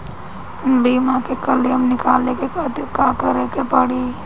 बीमा के क्लेम निकाले के खातिर का करे के पड़ी?